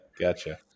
Gotcha